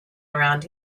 around